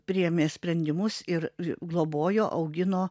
priėmė sprendimus ir globojo augino